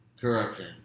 corruption